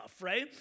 right